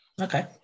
Okay